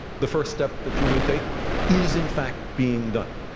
the first step that you would take is in fact being done.